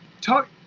talk –